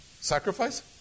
sacrifice